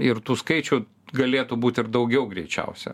ir tų skaičių galėtų būt ir daugiau greičiausia